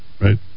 Right